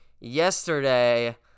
yesterday